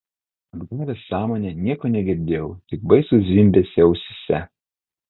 atgavęs sąmonę nieko negirdėjau tik baisų zvimbesį ausyse